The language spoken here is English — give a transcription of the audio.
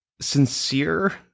sincere